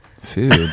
Food